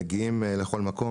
מגיעים לכל מקום.